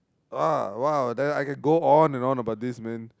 oh !wow! then I can go on and on about this man